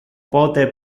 pote